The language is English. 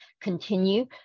continue